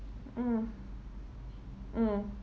mm mm